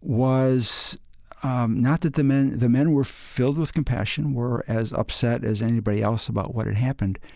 was um not that the men the men were filled with compassion, were as upset as anybody else about what had happened,